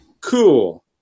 cool